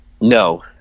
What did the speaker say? No